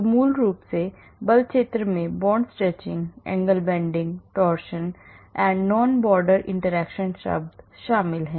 तो मूल रूप से बल क्षेत्र में bond stretching angle bending torsion and non border interactions शब्द शामिल हैं